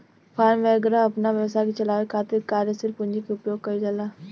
form वैगरह अपना व्यवसाय के चलावे खातिर कार्यशील पूंजी के उपयोग कईल जाला